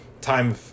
time